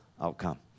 outcome